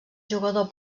jugador